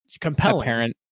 Compelling